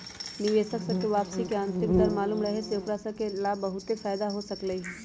निवेशक स के वापसी के आंतरिक दर मालूम रहे से ओकरा स ला बहुते फाएदा हो सकलई ह